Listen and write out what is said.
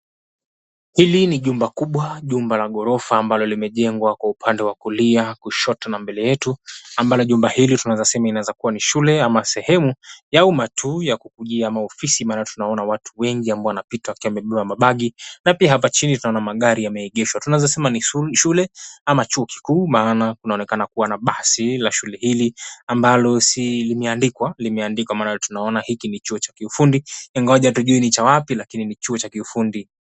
Hili ni jumba kubwa, jumba la ghorofa ambalo limejengwa kwa upande wa kulia kushoto na mbele yetu. Ambalo jumba hili tunaweza sema inaweza kuwa ni shule ama sehemu ya uma tu, ya kukujia ama ofisi. Maana tunaona watu wengi ambao wanapita mabagi, na pia hapa chini za na magari yameegeshwa. Tunawezasema ni shule ama chuo kikuu, maana kunaonekana kuwa na basi la shule hili, ambalo limeandikwa, maana tunaona hiki ni chuo cha kiufundi, ingawaje hatujui ni cha wapi lakini ni chuo cha kiufundi.